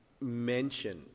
mention